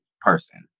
person